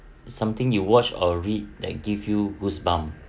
something you watch or read that give you goosebumps